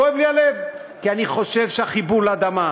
כואב לי הלב, כי אני חושב שהחיבור לאדמה,